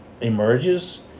emerges